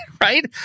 Right